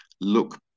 look